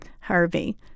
Harvey